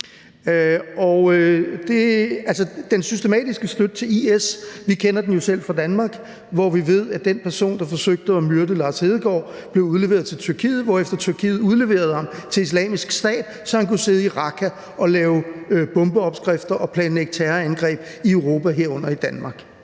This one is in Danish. en systematisk støtte til IS – vi kender det jo selv fra Danmark, hvor vi ved, at den person, der forsøgte at myrde Lars Hedegaard, blev udleveret til Tyrkiet, hvorefter Tyrkiet udleverede ham til Islamisk Stat, så han kunne sidde i Raqqa og lave bombeopskrifter og planlægge terrorangreb i Europa, herunder i Danmark.